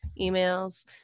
emails